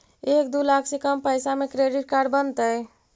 एक दू लाख से कम पैसा में क्रेडिट कार्ड बनतैय?